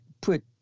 put